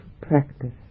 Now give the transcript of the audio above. practice